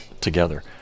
together